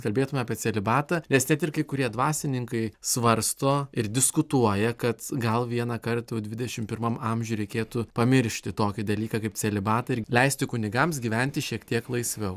kalbėtume apie celibatą nes net ir kai kurie dvasininkai svarsto ir diskutuoja kad gal vienąkart jau dvidešim pirmam amžiuj reikėtų pamiršti tokį dalyką kaip celibatą ir leisti kunigams gyventi šiek tiek laisviau